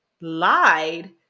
lied